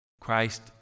Christ